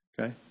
Okay